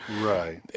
Right